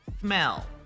smell